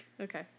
Okay